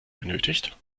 benötigt